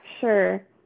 sure